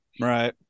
Right